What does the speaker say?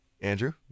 Andrew